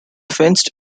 fenced